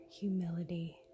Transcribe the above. humility